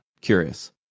Curious